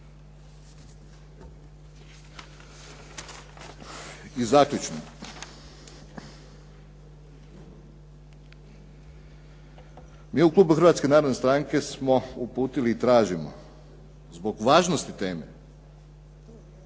I zaključno, mi u Klubu Hrvatske narodne stranke smo uputili i tražimo zbog važnosti teme,